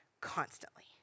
constantly